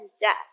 death